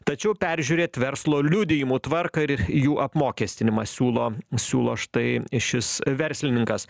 tačiau peržiūrėt verslo liudijimų tvarką ir jų apmokestinimą siūlo siūlo štai šis verslininkas